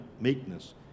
meekness